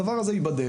הדבר הזה ייבדק.